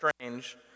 strange